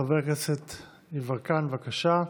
חבר הכנסת יברקן, בבקשה.